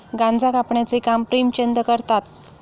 गांजा कापण्याचे काम प्रेमचंद करतात